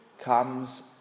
comes